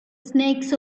snakes